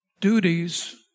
Duties